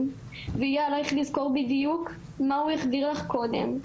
ויהיה עלייך לזכור בדיוק מה הוא החדיר לך קודם,